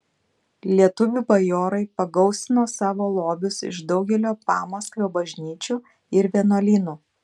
lietuvių bajorai pagausino savo lobius iš daugelio pamaskvio bažnyčių ir vienuolynų